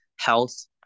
health